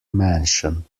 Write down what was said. mansion